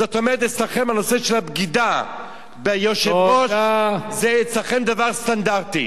כלומר אצלכם הנושא של הבגידה ביושב-ראש זה דבר סטנדרטי,